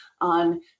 on